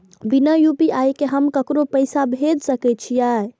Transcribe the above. बिना यू.पी.आई के हम ककरो पैसा भेज सके छिए?